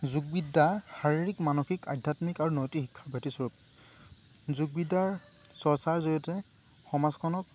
যোগ বিদ্যা শাৰীৰিক মানসিক আধ্যাত্মিক আৰু নৈতিক শিক্ষাৰ ব্যতিস্বৰূপ যোগ বিদ্যাৰ চৰ্চাৰ জৰিয়তে সমাজখনক